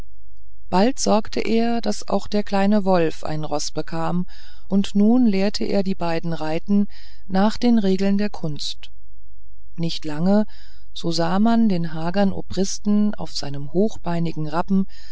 bald sorgte er daß auch der kleine wolf ein roß bekam und nun lehrte er die beiden reiten nach den regeln der kunst nicht lange so sah man den hagern obristen auf seinem hochbeinigen rappen